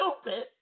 stupid